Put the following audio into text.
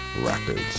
Records